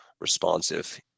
responsive